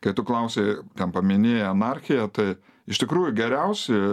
kai tu klausei ten paminėjai anarchiją tai iš tikrųjų geriausi